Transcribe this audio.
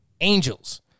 Angels